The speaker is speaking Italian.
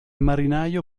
marinaio